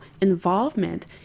involvement